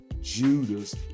Judas